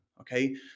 okay